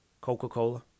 coca-cola